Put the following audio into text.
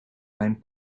mijn